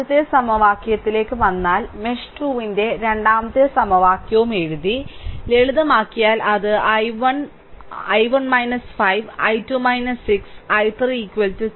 ആദ്യത്തെ സമവാക്യത്തിലേക്ക് വന്നാൽ മെഷ് 2 ന്റെ രണ്ടാമത്തെ സമവാക്യവും എഴുതി ലളിതമാക്കിയാൽ അത് 11 I1 5 I2 6 I3 12